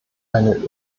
eine